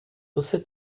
você